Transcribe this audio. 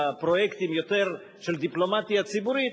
יותר בפרויקטים של דיפלומטיה ציבורית,